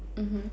mmhmm